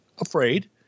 afraid